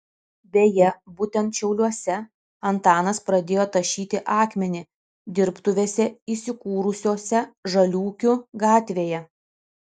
beje būtent šiauliuose antanas pradėjo tašyti akmenį dirbtuvėse įsikūrusiose žaliūkių gatvėje